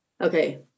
Okay